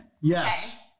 Yes